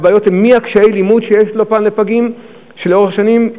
הבעיות הן גם קשיי הלימוד שיש לפגים לאורך שנים,